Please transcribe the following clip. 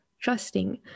trusting